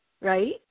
right